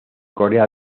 corea